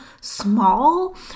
small